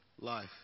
life